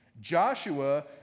Joshua